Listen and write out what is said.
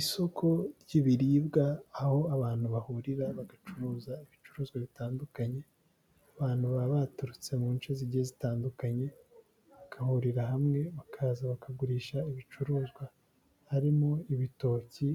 Isoko ry'ibiribwa aho abantu bahurira bagacuruza ibicuruzwa bitandukanye, abantu baba baturutse mu nce zigiye zitandukanye bagahurira hamwe bakaza bakagurisha ibicuruzwa, harimo ibitoki,